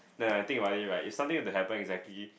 then when I think about it right if something were to happen exactly